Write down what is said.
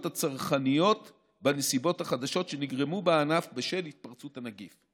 הצרכניות בנסיבות החדשות שנגרמו בענף בשל התפרצות הנגיף.